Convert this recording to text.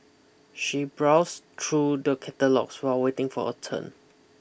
she browsed through the catalogues while waiting for her turn